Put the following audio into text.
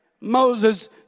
Moses